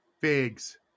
Figs